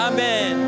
Amen